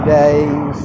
days